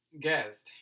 guest